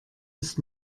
ist